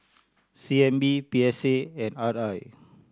C N B P S A and R I